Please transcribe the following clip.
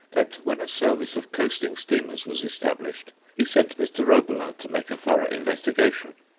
that when a service of coasting steamers was established, he sent mr. roebelin to make a thorough investigation.